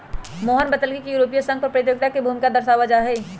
मोहन बतलकई कि यूरोपीय संघो कर प्रतियोगिता के भूमिका दर्शावाई छई